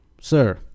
sir